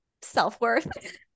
self-worth